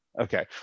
Okay